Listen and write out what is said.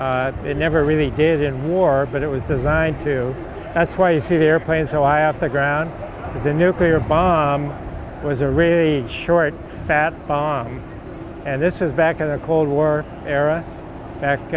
it never really did in war but it was designed to that's why you see the airplanes so i have to ground the nuclear bomb was a really short fat bomb and this is back in the cold war era back